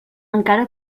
encara